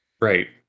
Right